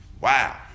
Wow